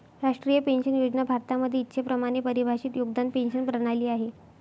राष्ट्रीय पेन्शन योजना भारतामध्ये इच्छेप्रमाणे परिभाषित योगदान पेंशन प्रणाली आहे